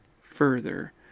further